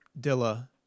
Dilla